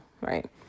right